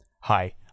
Hi